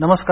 नमस्कार